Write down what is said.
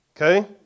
okay